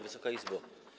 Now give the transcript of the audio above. Wysoka Izbo!